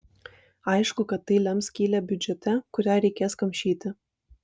aišku kad tai lems skylę biudžete kurią reikės kamšyti